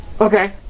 Okay